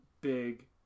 big